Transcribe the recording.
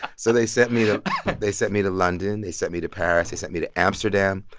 so they sent me to they sent me to london. they sent me to paris. they sent me to amsterdam.